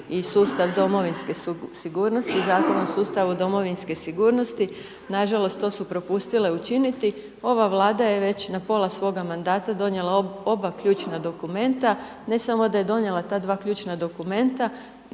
i sustav domovinske sigurnosti, Zakon o sustavu domovinske sigurnosti, nažalost, to su propustile učiniti. Ova vlada je već na pola svoga mandata donijela oba ključna dokumenta. Ne samo da je donijela ta dva ključna dokumenta,